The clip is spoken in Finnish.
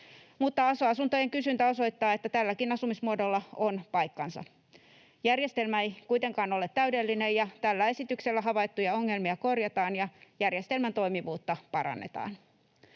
Mutta aso-asuntojen kysyntä osoittaa, että tälläkin asumismuodolla on paikkansa. Järjestelmä ei kuitenkaan ole täydellinen, ja tällä esityksellä havaittuja ongelmia korjataan ja järjestelmän toimivuutta parannetaan.